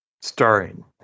Starring